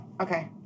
Okay